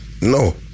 No